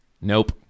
Nope